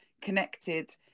connected